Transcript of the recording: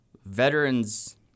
Veterans